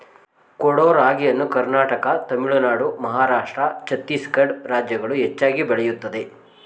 ಕೊಡೋ ರಾಗಿಯನ್ನು ಕರ್ನಾಟಕ ತಮಿಳುನಾಡು ಮಹಾರಾಷ್ಟ್ರ ಛತ್ತೀಸ್ಗಡ ರಾಜ್ಯಗಳು ಹೆಚ್ಚಾಗಿ ಬೆಳೆಯುತ್ತದೆ